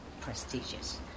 prestigious